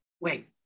wait